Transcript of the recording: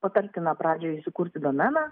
patartina pradžioj sukurti domeną